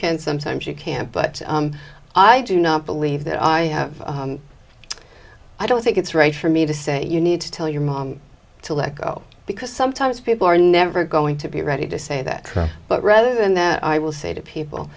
can sometimes you can't but i do not believe that i have i don't think it's right for me to say you need to tell your mom to let go because sometimes people are never going to be ready to say that but rather than that i will say to people